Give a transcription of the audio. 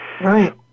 Right